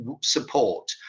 support